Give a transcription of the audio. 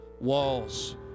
walls